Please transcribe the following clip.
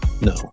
No